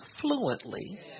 fluently